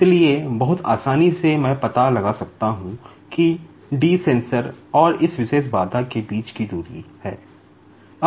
इसलिए बहुत आसानी से मैं पता लगा सकता हूं कि d सेंसर के बीच की दूरी है